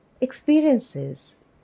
Experiences